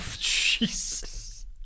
Jesus